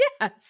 Yes